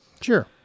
Sure